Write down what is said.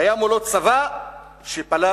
והיה מולו צבא שפלש